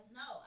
no